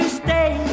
stay